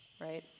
right